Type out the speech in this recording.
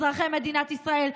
אזרחי מדינת ישראל,